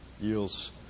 yields